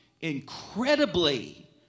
incredibly